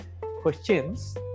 questions